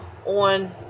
On